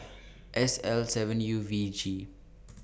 S L seven U V G